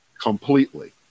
completely